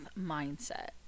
mindset